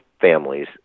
families